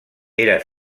era